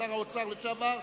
שר האוצר לשעבר,